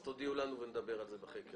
תודיעו לנו ונדבר על זה.